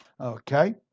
okay